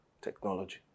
Technology